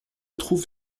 trouve